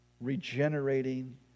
regenerating